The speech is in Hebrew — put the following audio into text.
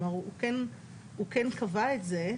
הוא כן קבע את זה,